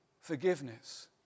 forgiveness